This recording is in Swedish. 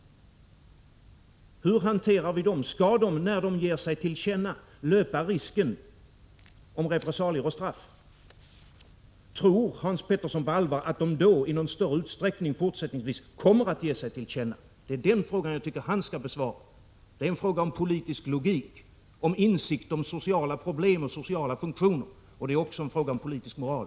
Skall dessa människor när de ger sig till känna löpa risken att utsättas för repressalier och straff? Tror Hans Petersson på allvar att de då i någon större utsträckning kommer att ge sig till känna? Det är denna fråga som jag tycker att just Hans Petersson skall besvara. Det är en fråga om politisk logik, om insikt om sociala problem och sociala funktioner. Det är också en fråga om politisk moral.